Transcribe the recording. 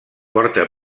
porta